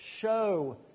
show